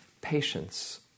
patience